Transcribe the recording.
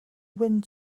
wind